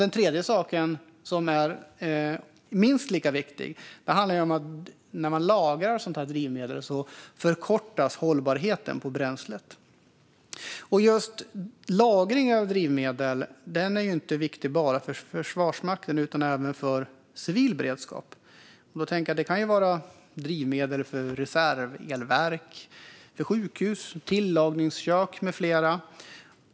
En annan sak som är minst lika viktig är att när man lagrar sådana här drivmedel förkortas bränslets hållbarhet. Just lagring av drivmedel är viktigt inte bara för Försvarsmakten utan även för civil beredskap. Det kan handla om drivmedel för reservelverk för sjukhus, tillagningskök med mera.